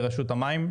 לרשות המים,